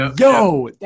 yo